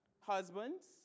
husbands